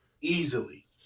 easily